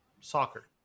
soccer